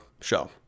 show